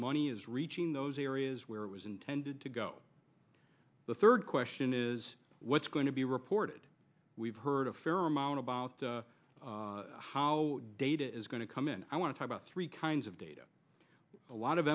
money is reaching those areas where it was intended to go the third question is what's going to be reported we've heard a fair amount about how data is going to come in i want to talk about three kinds of data a lot of